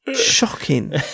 Shocking